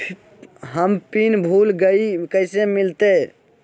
हम पिन भूला गई, कैसे मिलते?